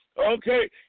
Okay